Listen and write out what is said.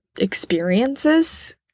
experiences